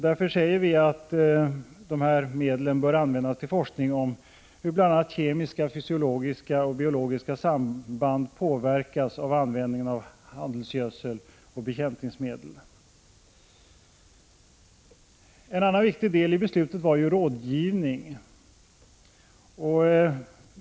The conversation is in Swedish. Därför säger vi att medlen bör användas till forskning om hur bl.a. kemiska, fysiologiska och biologiska samband påverkas av användningen av gödselmedel och bekämpningsmedel. En annan viktig del i beslutet gällde rådgivning.